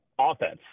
offense